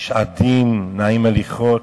איש עדין, נעים הליכות,